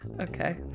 Okay